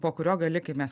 po kurio gali kaip mes